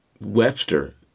webster